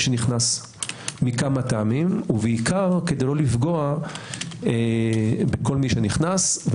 שנכנס מכמה טעמים ובעיקר כדי לא לפגוע בכל מי שנכנס.